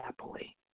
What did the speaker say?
happily